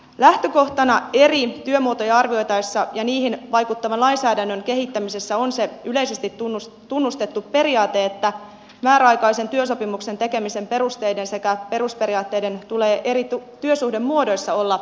lähtökohtana eri työmuotoja arvioitaessa ja niihin vaikuttavan lainsäädännön kehittämisessä on se yleisesti tunnustettu periaate että määräaikaisen työsopimuksen tekemisen perusteiden sekä perusperiaatteiden tulee eri työsuhdemuodoissa olla yhteneväiset